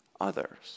others